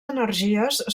energies